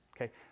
okay